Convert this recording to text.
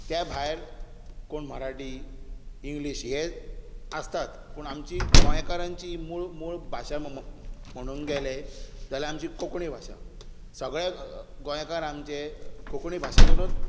त्या भायर कोण मराठी इंग्लिश हे आसतात पण आमची गोयकारांची मूळ मूळ भाशा म्हणूंक गेले जाल्यार आमची कोंकणी भाशा सगळे गोंयकार आमचे कोंकणी भाशेंतूनूच